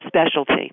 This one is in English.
specialty